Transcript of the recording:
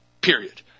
period